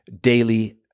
daily